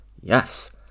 Yes